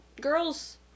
girls